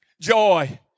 joy